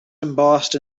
embossed